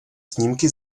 snímky